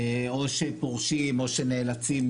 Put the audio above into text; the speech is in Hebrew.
או שפורשים או נאלצים,